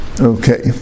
Okay